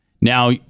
Now